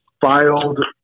filed